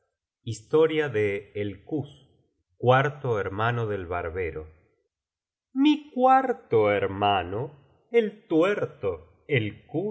historia ds bi kuz cuarto hermano del baríjero mi cuarto hermano el tuerto